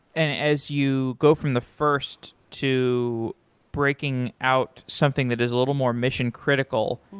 and as you go from the first to breaking out something that is a little more mission critical,